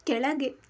ಕೆಳಗೆ